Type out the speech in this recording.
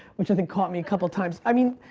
which i think caught me a couple times. i mean.